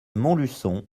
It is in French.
montluçon